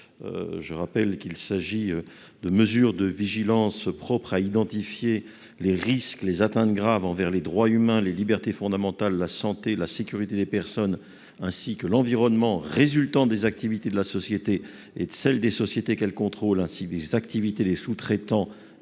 Je rappelle qu'il s'agit de mesures de vigilance propres à identifier les risques d'atteintes graves envers les droits humains, les libertés fondamentales, la santé, la sécurité des personnes, ainsi que l'environnement résultant des activités de la société et de celles des sociétés qu'elle contrôle, comme les activités des sous-traitants